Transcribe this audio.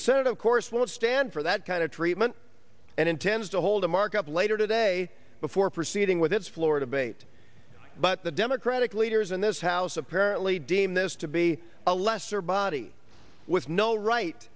senate of course won't stand for that kind of treatment and intends to hold a markup later today before proceeding with its florida bait but the democratic leaders in this house apparently deem this to be a lesser body with no right